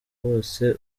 bose